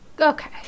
Okay